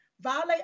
violate